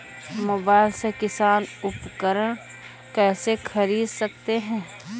Mobile से किसान उपकरण कैसे ख़रीद सकते है?